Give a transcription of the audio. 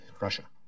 Russia